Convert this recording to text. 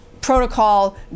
protocol